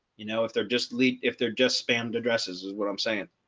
you know, if they're just lead if they're just spammed addresses is what i'm saying.